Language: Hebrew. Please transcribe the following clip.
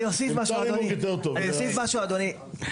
אני אוסיף משהו אדוני.